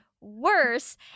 worse